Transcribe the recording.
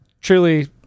truly